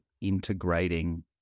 integrating